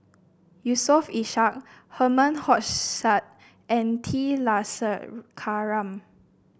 Yusof Ishak Herman Hochstadt and T Kulasekaram